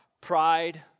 pride